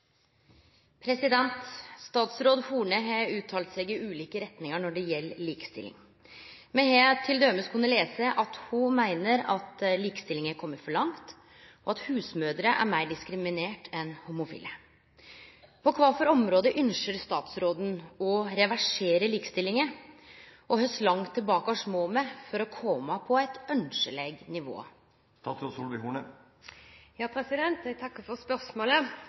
lese at ho meiner at likestillinga har kome for langt, og at husmødrer er meir diskriminerte enn homofile. På kva for område ønskjer statsråden å reversere likestillinga, og kor langt tilbake må me for å kome på eit ønskjeleg nivå?» Jeg takker for spørsmålet. Vi har kommet langt når det gjelder likestilling i Norge, noe som også 100-årsmarkeringen for